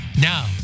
Now